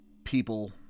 People